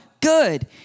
Good